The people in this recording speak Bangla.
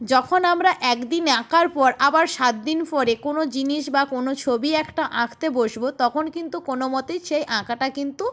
যখন আমরা এক দিন আঁকার পর আবার সাত দিন পরে কোনো জিনিস বা কোনো ছবি একটা আঁকতে বসব তখন কিন্তু কোনো মতেই সেই আঁকাটা কিন্তু